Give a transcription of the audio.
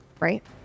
right